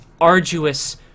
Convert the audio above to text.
arduous